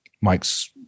Mike's